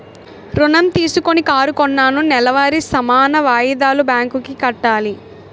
ఋణం తీసుకొని కారు కొన్నాను నెలవారీ సమాన వాయిదాలు బ్యాంకు కి కట్టాలి